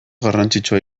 garrantzitsua